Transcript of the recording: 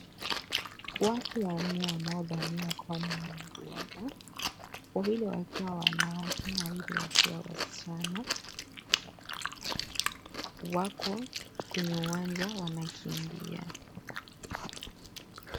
Watu wanne wanaodhaniwa kuwa ni wanariadha. Wawili wakiwa wanawake na wawili wakiwa wasichana. Wako kwenye uwanja wanakimbia.